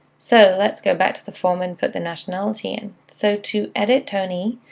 so let's go back to the form and put the nationality in. so to edit tony,